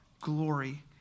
glory